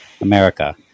America